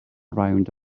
around